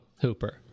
Hooper